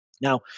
Now